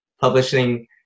publishing